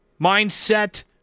mindset